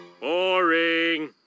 Boring